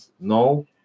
No